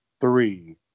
three